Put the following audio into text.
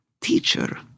teacher